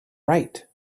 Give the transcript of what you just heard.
right